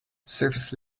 surface